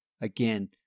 again